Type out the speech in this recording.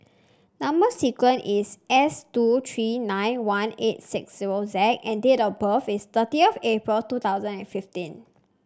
number sequence is S two three nine one eight six zero Z and date of birth is thirtieth April two thousand and fifteen